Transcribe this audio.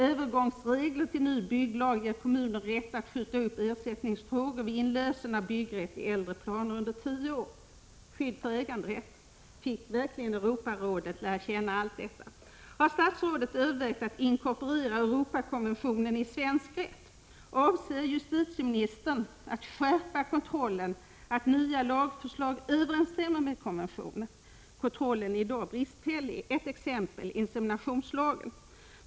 Övergångsregler till ny bygglag ger kommuner rätt att skjuta upp ersättningsfrågor vid inlösen av byggrätt i äldre planer under tio år. Är detta skydd för äganderätt? Fick verkligen Europarådet lära känna allt detta? Har statsrådet övervägt att inkorporera Europakonventionen i svensk rätt? Avser justitieministern att skärpa kontrollen av att nya lagförslag överensstämmer med konventionen? Kontrollen är nämligen i dag bristfällig. Ett exempel utgör inseminationslagen.